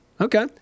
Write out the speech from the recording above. Okay